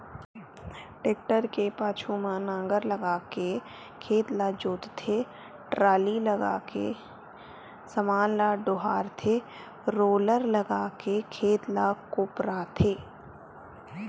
tractor के पाछू म नांगर लगाके खेत ल जोतथे, टराली लगाके समान ल डोहारथे रोलर लगाके खेत ल कोपराथे